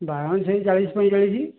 ବାଇଗଣ ସେଇ ଚାଳିଶି ପଇଁଚାଳିଶି